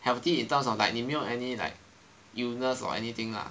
healthy in terms of like 你没有 any illness or anything lah